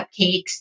Cupcakes